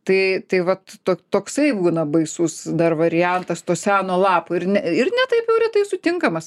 tai tai vat to toksai būna baisus dar variantas to seno lapo ir ir ne taip jau retai sutinkamas